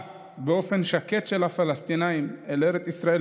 באופן שקט של הפלסטינים אל ארץ ישראל,